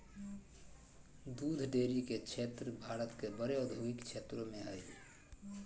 दूध डेरी के क्षेत्र भारत के बड़े औद्योगिक क्षेत्रों में हइ